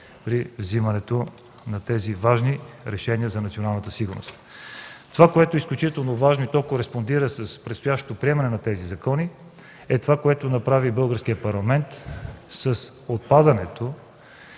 при вземането на тези важни решения за националната сигурност. Това, което е изключително важно и кореспондира с предстоящото приемане на тези закони, е това, което направи Българският парламент с отпадането